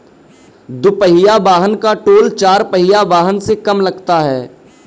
दुपहिया वाहन का टोल चार पहिया वाहन से कम लगता है